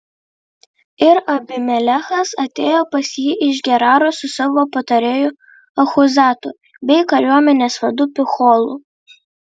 ir abimelechas atėjo pas jį iš geraro su savo patarėju achuzatu bei kariuomenės vadu picholu